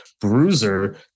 bruiser